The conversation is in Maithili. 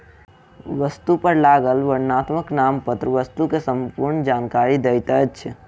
वस्तु पर लागल वर्णनात्मक नामपत्र वस्तु के संपूर्ण जानकारी दैत अछि